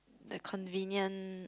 the convenience